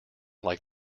like